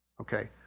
okay